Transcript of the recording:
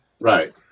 Right